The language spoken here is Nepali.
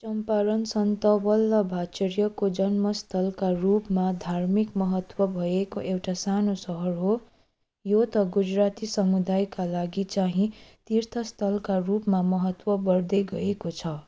चम्पारण सन्त वल्लभाचार्यको जन्मस्थलका रूपमा धार्मिक महत्त्व भएको एउटा सानो शहर हो यो त गुजराती समुदायका लागि चाहिँ तीर्थस्थलका रूपमा महत्त्व बढ्दै गएको छ